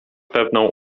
pewną